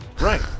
Right